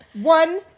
one